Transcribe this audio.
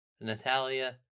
Natalia